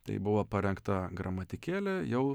tai buvo parengta gramatikėlė jau